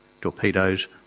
Torpedoes